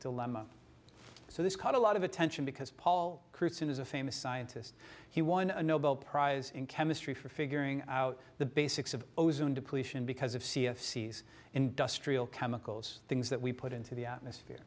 dilemma so this caught a lot of attention because paul christian is a famous scientist he won a nobel prize in chemistry for figuring out the basics of ozone depletion because of c f c s industrial chemicals things that we put into the atmosphere